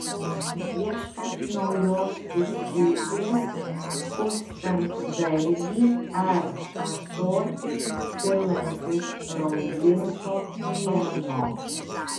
ieškant naujos pustyklės pustant dalgį ar ąsotin pilantis rauginto pieno